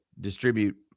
distribute